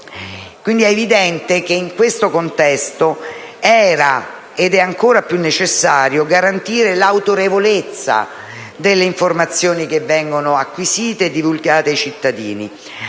È evidente che, in tale contesto, era ed è ancora di più oggi necessario garantire l'autorevolezza delle informazioni che vengono acquisite e divulgate ai cittadini,